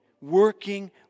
working